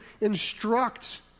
instruct